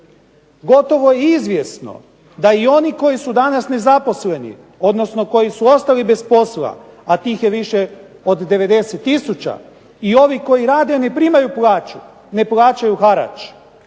Gotovo je izvjesno da i oni koji su danas nezaposleni, odnosno koji su ostali bez posla, a tih je više od 90 tisuća i ovih koji rade a ne primaju plaću ne plaćaju harač